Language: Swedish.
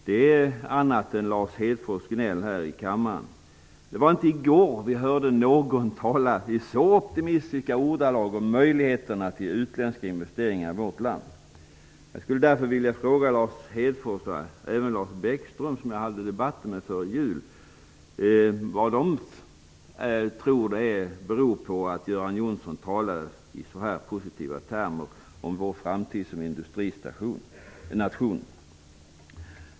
Det är annat än Lars Hedfors gnäll här i kammaren. Det var inte i går vi hörde någon tala i så optimistiska ordalag om möjligheterna till utländska investeringar i vårt land. Jag skulle därför vilja fråga Lars Hedfors och även Lars Bäckström, som jag debatterade med före jul, vad de tror att det faktum att Göran Johnsson talade i så här positiva termer om vår framtid som industrination beror på.